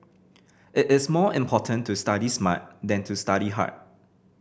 it is more important to study smart than to study hard